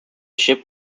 ship